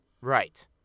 Right